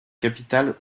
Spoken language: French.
capitale